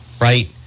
right